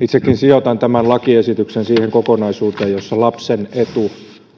itsekin sijoitan tämän lakiesityksen siihen kokonaisuuteen jossa lapsen etu